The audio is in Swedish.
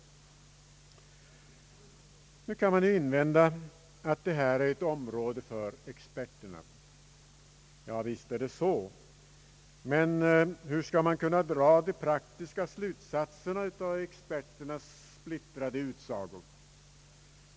Man kan invända att detta är ett område för experterna. Ja, visst är det så. Men hur skall man kunna dra de praktiska slutsatserna av experternas splittrade utsagor?